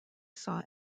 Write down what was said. saw